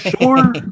sure